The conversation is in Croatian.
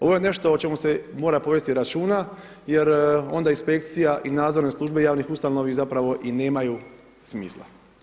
Ovo je nešto o čemu se mora povesti računa, jer onda inspekcija i nadzorne službe javnih ustanova zapravo i nemaju smisla.